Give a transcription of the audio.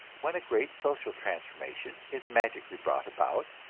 when a great social transformation is magically brought about,